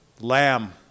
lamb